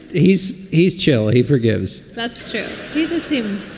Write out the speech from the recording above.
he's. he's chill. he forgives. that's too soon